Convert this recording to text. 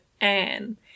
Anne